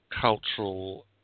cultural